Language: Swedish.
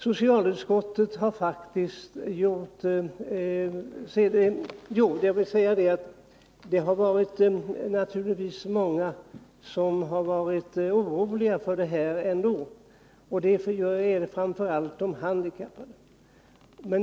Det är naturligtvis många som har varit oroliga för detta, framför allt de handikappade.